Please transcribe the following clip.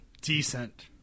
decent